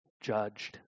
judged